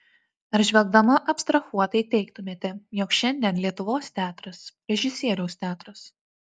ar žvelgdama abstrahuotai teigtumėte jog šiandien lietuvos teatras režisieriaus teatras